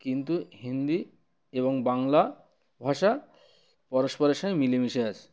কিন্তু হিন্দি এবং বাংলা ভাষা পরস্পরের সঙ্গে মিলেমিশে আছে